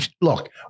Look